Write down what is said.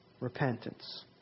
Repentance